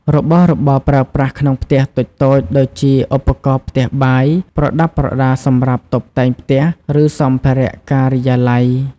របស់របរប្រើប្រាស់ក្នុងផ្ទះតូចៗដូចជាឧបករណ៍ផ្ទះបាយ ប្រដាប់ប្រដាសម្រាប់តុបតែងផ្ទះ ឬសម្ភារៈការិយាល័យ។